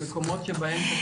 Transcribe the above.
למקומות שבהם,